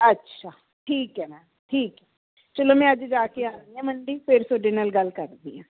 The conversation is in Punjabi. ਅੱਛਾ ਠੀਕ ਹੈ ਮੈਮ ਠੀਕ ਚਲੋ ਮੈਂ ਅੱਜ ਜਾ ਕੇ ਆਉਂਦੀ ਹਾਂ ਮੰਡੀ ਫਿਰ ਤੁਹਾਡੇ ਨਾਲ ਗੱਲ ਕਰਦੀ ਹਾਂ